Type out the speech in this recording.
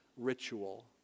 ritual